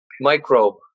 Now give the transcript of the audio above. microbe